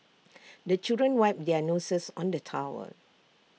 the children wipe their noses on the towel